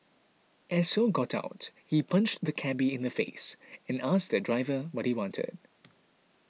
as Ho got out he punched the cabby in the face and asked the driver what he wanted